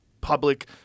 public